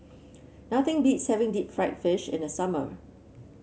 nothing beats having Deep Fried Fish in the summer